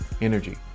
energy